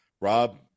Rob